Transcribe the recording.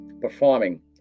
performing